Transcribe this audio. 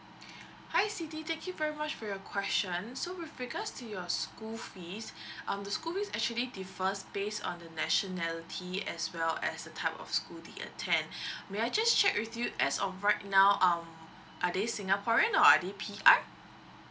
hi siti thank you very much for your question so with regards to your school fees um the school fees actually differs based on the nationality as well as the type of school they attend may I just check with you as of right now um are they singaporean or are they P_R